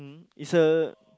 is a